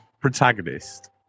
protagonist